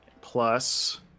plus